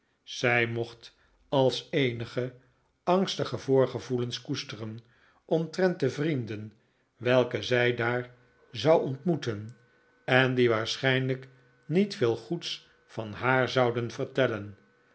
zij mocht al eenige angstige voorgevoelens koesteren omtrent de vrienden welke zij daar zou ontmoeten en die waarschijnlijk niet veel goeds van haar zouden vertellen